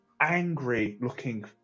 angry-looking